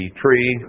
tree